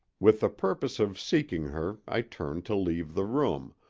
with the purpose of seeking her i turned to leave the room,